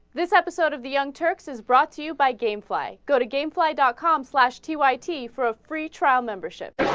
this episode of the young turks is brought to you by gamefly goto gamefly dot com slash tea white tea for a free trial membership